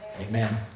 Amen